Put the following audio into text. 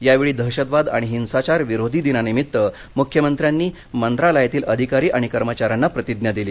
यावेळी दहशतवाद आणि हिंसाचार विरोधी दिनानिमित्त मुख्यमंत्र्यांनी मंत्रालयातील अधिकारी आणि कर्मचाऱ्यांना प्रतिज्ञा दिली